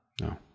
No